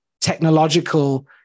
technological